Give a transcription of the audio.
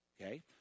okay